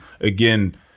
again